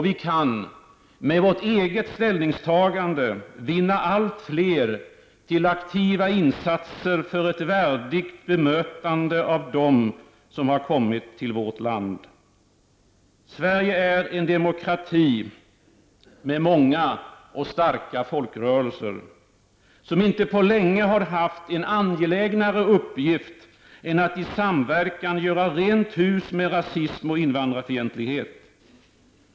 Vi kan med vårt eget ställningstagande vinna allt fler till aktiva insatser för ett värdigt bemötande av dem som kommit till vårt land. Sverige är en demokrati med många och starka folkrörelser, som inte på länge har haft en angelägnare uppgift än att i samverkan göra rent hus med rasism och invandrarfientlighet.